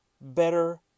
better